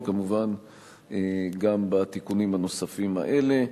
וכמובן גם בתיקונים הנוספים האלה.